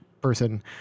person